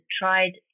tried